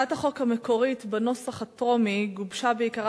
הצעת החוק המקורית בנוסח הטרומי גובשה בעיקרה